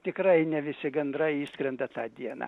tikrai ne visi gandrai išskrenda tą dieną